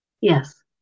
Yes